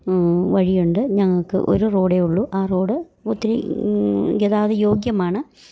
വഴിയുണ്ട് ഞങ്ങൾക്ക് ഒരു റോഡേ ഉള്ളു ആ റോഡ് ഒത്തിരീ ഗതാഗത യോഗ്യമാണ്